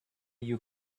you